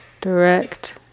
Direct